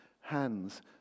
hands